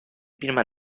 prima